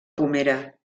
pomera